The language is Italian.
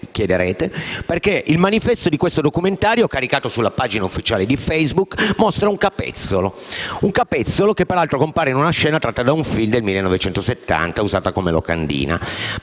chiederete? Perché il manifesto di questo documentario, caricato sulla pagina ufficiale di Facebook, mostra un capezzolo (che peraltro compare in una scena tratta da un film del 1970 usata come locandina).